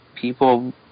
people